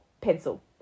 pencil